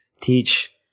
teach